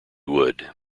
would